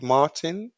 Martin